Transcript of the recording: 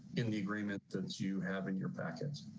in the agreement that you have in your package.